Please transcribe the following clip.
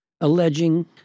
alleging